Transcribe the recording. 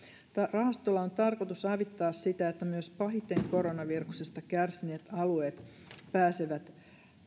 rahastolla on tarkoitus avittaa sitä että myös pahiten koronaviruksesta kärsineet alueet pääsevät